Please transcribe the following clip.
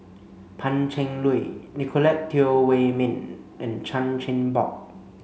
Pan Cheng Lui Nicolette Teo Wei min and Chan Chin Bock